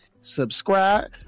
subscribe